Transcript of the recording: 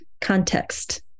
context